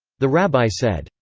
the rabbi said.